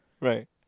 right